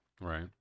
Right